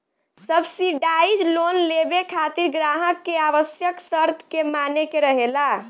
subsidise loan लेबे खातिर ग्राहक के आवश्यक शर्त के माने के रहेला